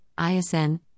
ISN